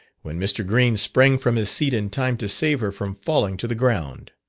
when mr. green sprang from his seat in time to save her from falling to the ground.